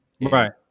right